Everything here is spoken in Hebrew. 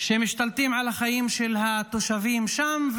שמשתלטים על החיים של התושבים שם,